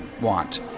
want